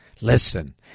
Listen